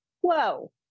whoa